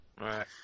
Right